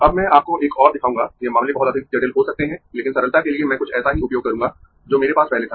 अब मैं आपको एक और दिखाऊंगा ये मामले बहुत अधिक जटिल हो सकते है लेकिन सरलता के लिए मैं कुछ ऐसा ही उपयोग करूंगा जो मेरे पास पहले था